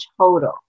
total